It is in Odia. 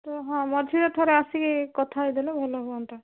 ତ ହଁ ମଝିରେ ଥରେ ଆସିକି କଥା ହେଇଗଲେ ଭଲ ହୁଅନ୍ତା